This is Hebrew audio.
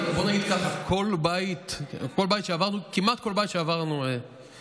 אבל בואי נגיד ככה: כמעט כל בית שעברנו נשרף.